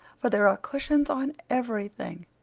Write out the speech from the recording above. for there are cushions on everything.